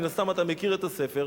מן הסתם אתה מכיר את הספר,